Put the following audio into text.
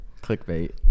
Clickbait